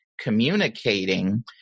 communicating